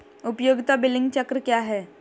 उपयोगिता बिलिंग चक्र क्या है?